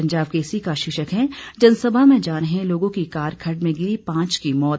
पंजाब केसरी का शीर्षक है जनसभा में जा रहे लोगों की कार खड्ड में गिरी पांच की मौत